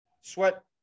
sweat